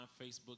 Facebook